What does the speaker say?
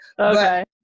Okay